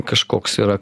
kažkoks yra